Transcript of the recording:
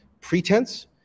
pretense